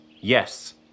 Yes